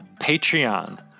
patreon